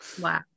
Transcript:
Wow